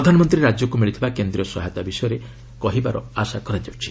ପ୍ରଧାନମନ୍ତ୍ରୀ ରାଜ୍ୟକୁ ମିଳିଥିବା କେନ୍ଦ୍ରୀୟ ସହାୟତା ବିଷୟରେ କହିବାର ଆଶା କରାଯାଉଛି